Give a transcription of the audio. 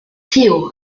theo